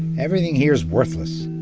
everything here is worthless.